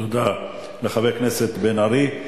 תודה לחבר הכנסת בן-ארי.